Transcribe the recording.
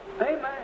Amen